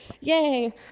Yay